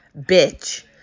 Bitch